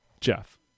Jeff